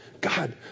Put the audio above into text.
God